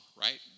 right